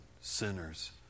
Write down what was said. sinners